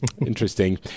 Interesting